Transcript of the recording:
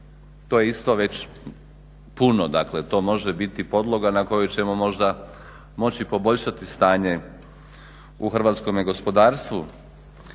To je isto već puno, to može biti podloga na koju ćemo možda moći poboljšati stanje u hrvatskome gospodarstvu.